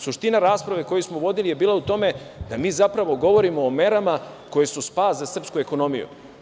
Suština rasprave koju smo vodili je bila u tome da mi zapravo govorimo o merama koje su spas za srpsku ekonomiju.